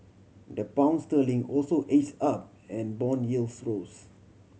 the Pound sterling also edge up and bond yields rose